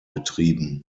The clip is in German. betrieben